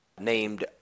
named